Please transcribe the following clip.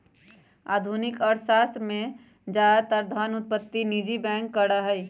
आधुनिक अर्थशास्त्र में ज्यादातर धन उत्पत्ति निजी बैंक करा हई